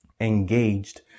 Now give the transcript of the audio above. engaged